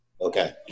Okay